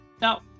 Now